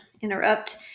interrupt